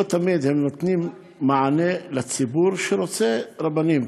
לא תמיד הם נותנים מענה לציבור שרוצה רבנים.